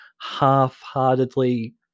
half-heartedly